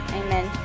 amen